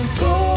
go